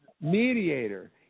mediator